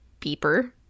beeper